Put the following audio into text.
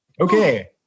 Okay